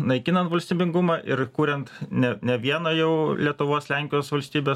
naikinant valstybingumą ir kuriant ne ne vieną jau lietuvos lenkijos valstybės